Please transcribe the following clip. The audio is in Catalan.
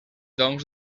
doncs